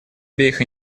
обеих